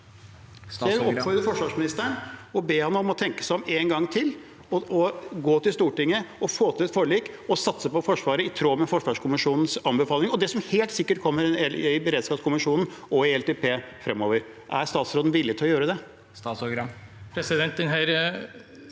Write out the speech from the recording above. vil oppfordre forsvarsministeren til, be ham om, å tenke seg om en gang til, gå til Stortinget og få til forlik og satse på Forsvaret i tråd med forsvarskommisjonens anbefaling og det som helt sikkert kommer i beredskapskommisjonen og LTP fremover. Er statsråden villig til å gjøre det?